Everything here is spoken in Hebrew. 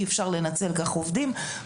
אי אפשר לנצל עובדים כך.